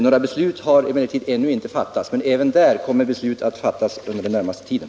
Något beslut har emellertid ännu inte fattats men kan komma att fattas inom den allra närmaste tiden.